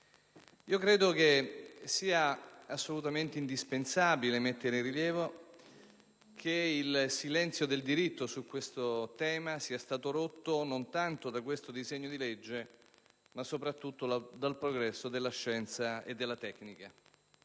Credo sia assolutamente indispensabile mettere in rilievo come il silenzio del diritto su questo tema sia stato rotto non tanto dal disegno di legge al nostro esame ma, soprattutto, dal progresso della scienza e della tecnica.